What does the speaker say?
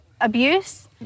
abuse